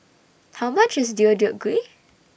How much IS Deodeok Gui